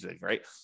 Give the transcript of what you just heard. right